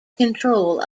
control